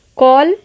call